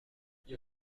die